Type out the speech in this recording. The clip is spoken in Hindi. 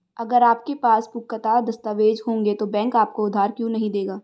अगर आपके पास पुख्ता दस्तावेज़ होंगे तो बैंक आपको उधार क्यों नहीं देगा?